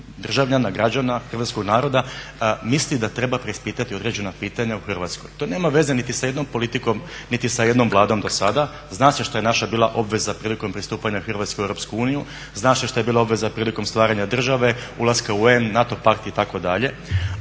državljana, građana hrvatskog naroda misli da treba preispitati određena pitanja u Hrvatskoj. To nema veze niti sa jednom politikom niti sa jednom Vladom dosada. Zna se što je naša bila obveza prilikom pristupanja Hrvatske u EU, zna se što je bila obveza prilikom stvaranja države, ulaska u UN, NATO pakta itd.